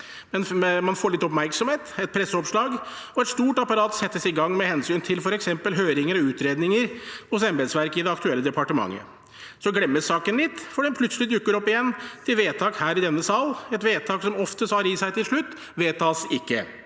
Man får litt oppmerksomhet, et presseoppslag, og et stort apparat settes i gang med hensyn til f.eks. høringer og utredninger hos embetsverket i det aktuelle departementet. Så glemmes saken litt, før den plutselig dukker opp igjen til vedtak her i denne sal – et vedtak som oftest har «vedtas ikke»